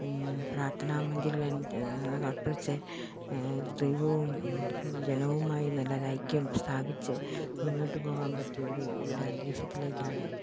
പ്രാർത്ഥനാമഞ്ജരികള് അർപ്പിച്ച് ദൈവവും ജനവുമായി നല്ലൊരൈക്യം സ്ഥാപിച്ച് മുന്നോട്ട് പോകാൻ പറ്റിയൊരു ഒരന്തരീക്ഷത്തിലേക്കാണ്